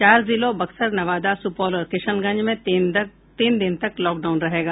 चार जिलों बक्सर नवादा सुपौल और किशनगंज में तीन दिन तक लॉकडाउन रहेगा